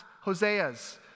Hosea's